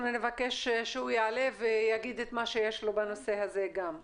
נבקש שהוא יעלה ויגיד את מה שיש לו בנושא הזה גם.